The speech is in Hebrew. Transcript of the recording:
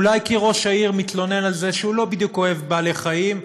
אולי כי ראש העיר מתלונן והוא לא בדיוק אוהב בעלי חיים,